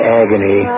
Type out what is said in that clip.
agony